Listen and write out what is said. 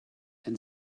and